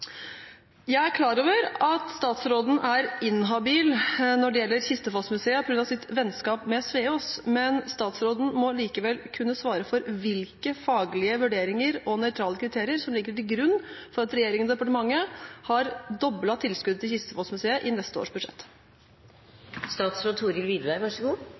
Jeg er klar over at statsråden er inhabil når det gjelder Kistefos-museet, på grunn av sitt vennskap med Sveaas, men statsråden må likevel kunne svare på hvilke faglige vurderinger og nøytrale kriterier som ligger til grunn for at regjeringen og departementet har doblet tilskuddet til Kistefos-museet i neste års budsjett.